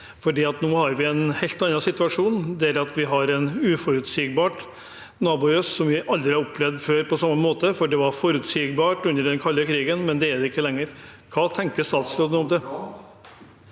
nå har vi en helt annen situasjon ved at vi har en uforutsigbar nabo i øst, som vi aldri før har opplevd på samme måte. Det var forutsigbart under den kalde krigen, men det er det ikke lenger. Hva tenker statsråden om dette?